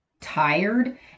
tired